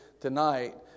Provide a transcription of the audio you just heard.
tonight